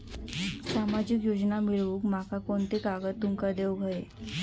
सामाजिक योजना मिलवूक माका कोनते कागद तुमका देऊक व्हये?